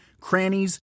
crannies